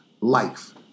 life